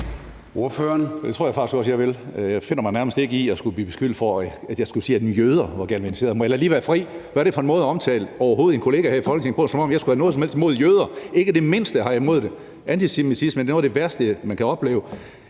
(SF): Det tror jeg faktisk også jeg vil. Jeg finder mig ikke i nærmest at skulle blive beskyldt for at sige, at jøder er galvaniserede - må jeg da lige være fri! Hvad er det overhovedet for en måde at omtale en kollega her i Folketinget på? Som om jeg skulle have noget som helst imod jøder! Jeg har ikke det mindste imod dem. Antisemitisme er noget af det værste, man kan opleve.